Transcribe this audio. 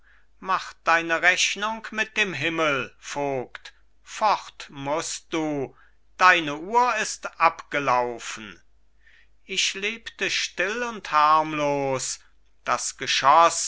mach deine rechnung mit dem himmel vogt fort musst du deine uhr ist abgelaufen ich lebte still und harmlos das